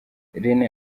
rené